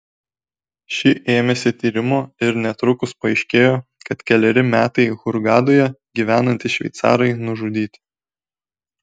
ši ėmėsi tyrimo ir netrukus paaiškėjo kad keleri metai hurgadoje gyvenantys šveicarai nužudyti